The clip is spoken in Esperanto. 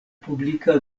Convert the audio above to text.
publika